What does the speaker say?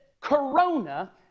Corona